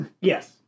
Yes